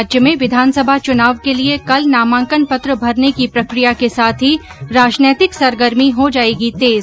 राज्य में विघानसभा चुनाव के लिये कल नामांकन पत्र भरने की प्रक्रिया के साथ ही राजनैतिक सरगर्मी हो जायेगी तेज